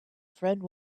friend